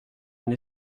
une